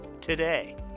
today